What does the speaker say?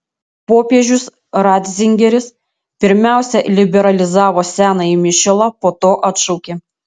popiežius ratzingeris pirmiausia liberalizavo senąjį mišiolą po to atšaukė